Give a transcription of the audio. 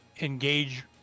engage